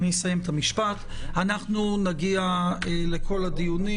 נגיע לכל הדיונים,